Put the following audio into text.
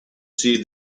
see